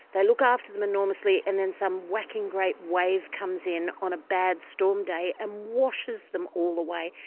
they look after them enormously, and then some whacking great wave comes in on a bad storm day and washes them all away.